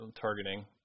targeting